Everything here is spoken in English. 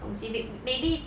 东西 mayb~ maybe